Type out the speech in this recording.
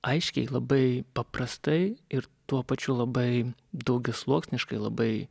aiškiai labai paprastai ir tuo pačiu labai daugiasluoksniškai labai